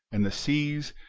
and the seas,